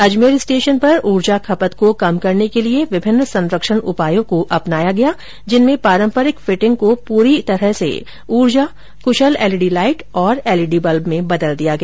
Ajmer station पर ऊर्जा खपत को कम करने के लिए विभिन्न संरक्षण उपायों को अपनाया गया जिनमें पारंपरिक फिटिंग को पूरी तरह से ऊर्जा कुशल एलईडी लाईट और एलईडी बल्ब में बदल दिया गया